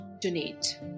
donate